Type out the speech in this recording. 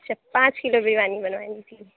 اچھا پانچ کلو بریانی بنوانی تھی